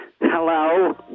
Hello